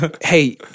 Hey